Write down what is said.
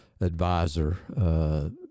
advisor